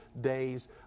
days